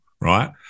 right